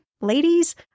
ladies